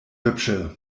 hübsche